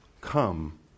come